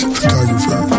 photographer